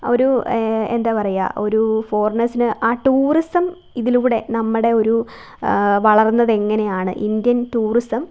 ഒരൂ എന്താണു പറയുക ഒരൂ ഫോറിനേഴ്സിന് ആ ടൂറിസം ഇതിലൂടെ നമ്മുടെ ഒരു വളർന്നത് എങ്ങനെയാണ് ഇന്ത്യൻ ടൂറിസം